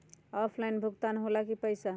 Offline भुगतान हो ला कि पईसा?